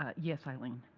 ah yes, eileen.